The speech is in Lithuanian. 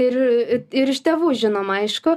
ir ir iš tėvų žinoma aišku